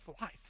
life